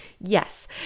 Yes